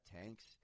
tanks